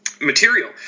material